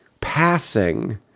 passing